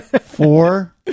four